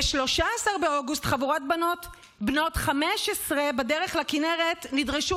ב-13 באוגוסט חבורת בנות 15 בדרך לכינרת נדרשו